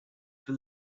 for